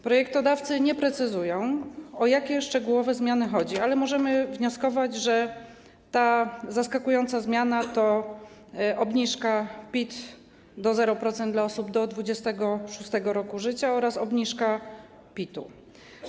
Projektodawcy nie precyzują, o jakie szczegółowe zmiany chodzi, ale możemy wnioskować, że ta zaskakująca zmiana to obniżka PIT do 0% dla osób do 26. roku życia oraz obniżka PIT-u.